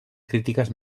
crítiques